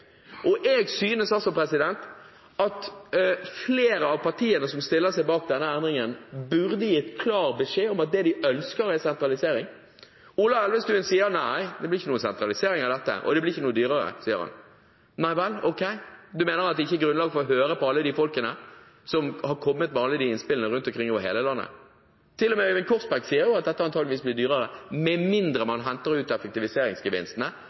sentralisering. Jeg synes at flere av partiene som stiller seg bak denne endringen, burde gitt klar beskjed om at det de ønsker, er sentralisering. Ola Elvestuen sier: Nei, det blir ikke noe sentralisering av dette, og det blir ikke noe dyrere. Nei vel – ok. Han mener at det ikke er grunnlag for å høre på alle de folkene som har kommet med alle de innspillene rundt omkring over hele landet? Til og med Øyvind Korsberg sier jo at dette antakeligvis blir dyrere, med mindre man henter ut effektiviseringsgevinstene.